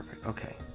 Okay